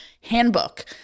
handbook